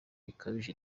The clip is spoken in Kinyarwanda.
gakabije